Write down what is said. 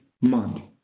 month